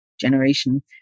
generation